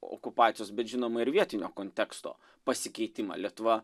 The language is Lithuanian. okupacijos bet žinoma ir vietinio konteksto pasikeitimą lietuva